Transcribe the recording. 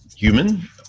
human